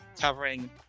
covering